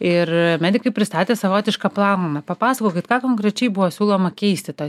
ir medikai pristatė savotišką planą papasakokit ką konkrečiai buvo siūloma keisti toj